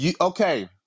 Okay